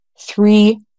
three